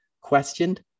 questioned